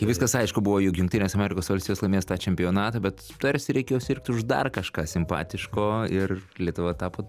kai viskas aišku buvo jog jungtinės amerikos valstijos laimės tą čempionatą bet tarsi reikėjo sirgti už dar kažką simpatiško ir lietuva tapo